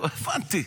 לא הבנתי.